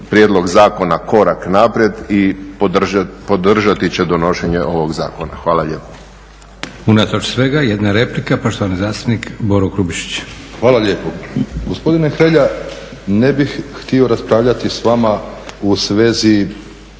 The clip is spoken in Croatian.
prijedlog zakona korak naprijed i podržati će donošenje ovoga Zakona. Hvala lijepo.